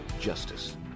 justice